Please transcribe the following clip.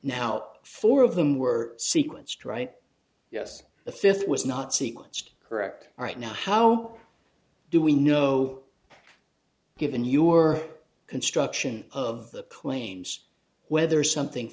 now four of them were sequenced right yes the fifth was not sequenced correct right now how do we know given your construction of the claims whether something